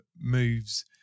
moves